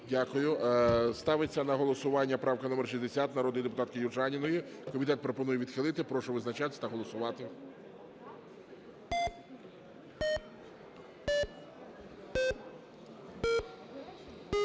Дякую. Ставиться на голосування правка номер 60 народної депутатки Южаніної. Комітет пропонує відхилити. Прошу визначатись та голосувати.